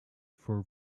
for